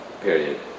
period